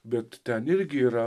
bet ten irgi yra